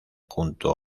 junto